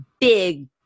big